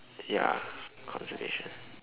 ya conservation